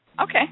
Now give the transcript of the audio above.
Okay